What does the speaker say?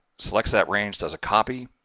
selects that range, does a copy,